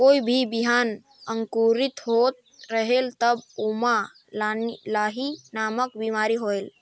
कोई भी बिहान अंकुरित होत रेहेल तब ओमा लाही नामक बिमारी होयल?